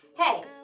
Hey